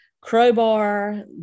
crowbar